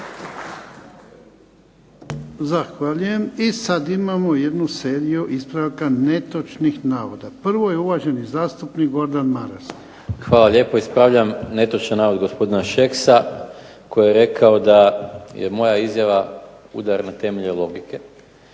Zahvaljujem. I sada imamo jednu seriju ispravaka netočnih navoda. Prvo je uvaženi zastupnik Gordan Maras. **Maras, Gordan (SDP)** Hvala lijepo. Ispravljam netočan navod gospodina Šeksa koji je rekao da je moja izjava udar na temelj logike.